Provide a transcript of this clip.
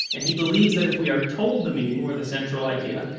and he believes that if we are told the meaning or the central idea,